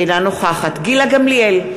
אינה נוכחת גילה גמליאל,